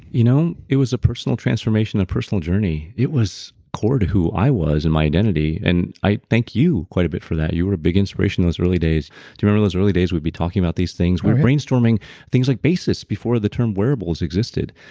you know it was a personal transformation, a personal journey, it was core to who i was and my identity and i thank you quite a bit for that. you a big inspiration those early days do you remember those early days we'd be talking about these things? we were brainstorming things like basis, before the term wearables existed,